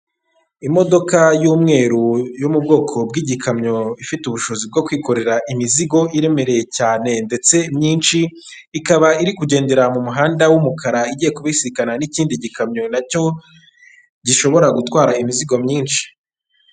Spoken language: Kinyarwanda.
Imodoka y'umweru yo mu bwoko bw'igikamyo ifite ubushobozi bwo kwikorera imizigo iremereye cyane ndetse myinshi, ikaba iri kugendera mu muhanda w'umukara igiye kubisikana n'ikindi gikamyo na cyo gishobora gutwara imizigo myinshi.